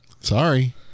Sorry